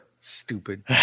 Stupid